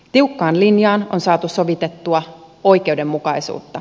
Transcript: tiukkaan linjaan on saatu sovitettua oikeudenmukaisuutta